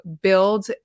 build